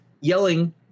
yelling